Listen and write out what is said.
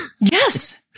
Yes